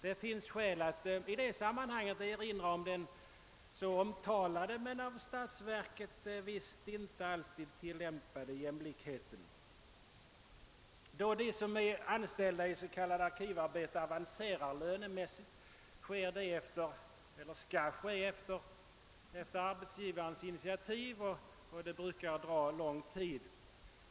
Det finns skäl att i det sammanhanget erinra om den så omtalade men av statsverket visst inte alltid tillämpade jämlikheten. De som är anställda i s.k. arkivarbete kan avancera lönemässigt endast på arbetsgivarens initiativ, och det brukar ta lång tid.